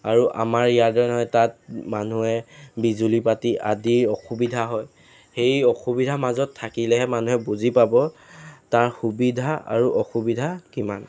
আৰু আমাৰ ইয়াৰ দৰে নহয় তাত মানুহে বিজুলীবাতি আদিৰ অসুবিধা হয় সেই অসুবিধা মাজত থাকিলেহে মানুহে বুজি পাব তাৰ সুবিধা আৰু অসুবিধা কিমান